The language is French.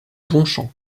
bonchamp